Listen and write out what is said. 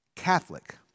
Catholic